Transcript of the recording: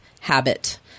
habit